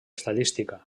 estadística